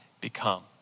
become